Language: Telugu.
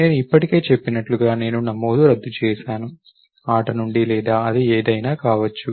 నేను ఇప్పటికే చెప్పినట్టుగా నేను నమోదు రద్దు చేసాను ఆట నుండి లేదా అది ఏమైనా కావచ్చు